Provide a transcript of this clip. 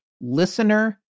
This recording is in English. listener